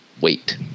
wait